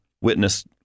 witness